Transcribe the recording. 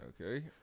Okay